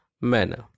manner